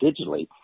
digitally